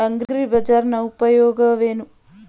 ಅಗ್ರಿಬಜಾರ್ ನ ಉಪಯೋಗವೇನು?